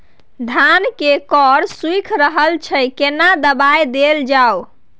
धान के कॉर सुइख रहल छैय केना दवाई देल जाऊ?